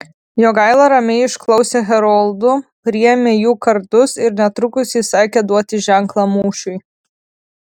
jogaila ramiai išklausė heroldų priėmė jų kardus ir netrukus įsakė duoti ženklą mūšiui